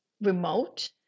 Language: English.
remote